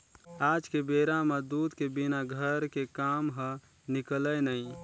आज के बेरा म दूद के बिना घर के काम ह निकलय नइ